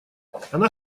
она